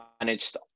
managed